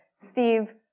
Steve